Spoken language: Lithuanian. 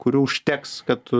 kurių užteks kad